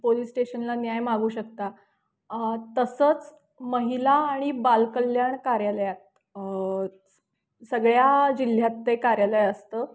police स्टेशनला न्याय मागू शकता तसंच महिला आणि बालकल्याण कार्यालयात सगळ्या जिल्ह्यात ते कार्यालय असतं